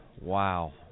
Wow